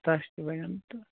دَچھ تہِ بنَن تہٕ